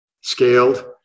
scaled